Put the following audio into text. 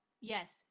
Yes